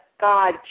God